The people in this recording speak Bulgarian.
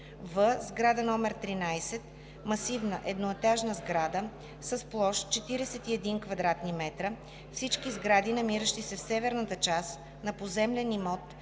в) сграда № 13 – масивна едноетажна сграда с площ 41 кв. м, всички сгради, намиращи се в северната част на поземлен имот